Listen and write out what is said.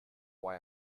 why